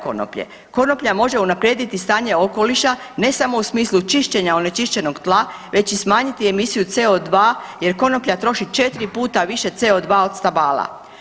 Konoplja može unaprijediti stanje okoliša ne samo u smislu čišćenja onečišćenog tla već i smanjiti emisiju CO2, jer konoplja troši 4 puta više CO2 od stabala.